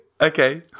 Okay